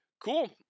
cool